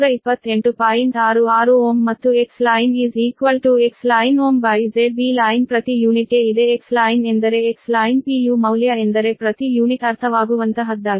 66Ω ಮತ್ತು Xline XlineΩZBline ಪ್ರತಿ ಯೂನಿಟ್ಗೆ ಇದೆ Xline ಎಂದರೆ Xline ಮೌಲ್ಯ ಎಂದರೆ ಪ್ರತಿ ಯೂನಿಟ್ ಅರ್ಥವಾಗುವಂತಹದ್ದಾಗಿದೆ